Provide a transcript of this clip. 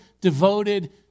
devoted